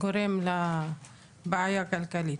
בעבר ולגבש אותם על מנת להביא בליץ חקיקה,